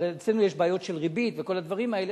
הרי אצלנו יש בעיות של ריבית וכל הדברים האלה,